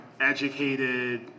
educated